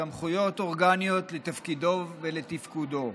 סמכויות אורגניות לתפקידו ולתפקודו.